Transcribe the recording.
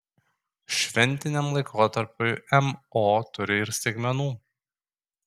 šventiniam laikotarpiui mo turi ir staigmenų